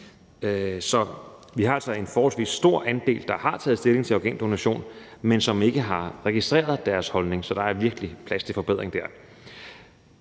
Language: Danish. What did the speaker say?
Så vi har altså en forholdsvis stor andel, der har taget stilling til organdonation, men som ikke har registreret deres holdning, så der er virkelig plads til forbedring.